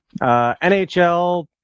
NHL